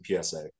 PSA